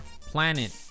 planet